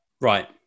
Right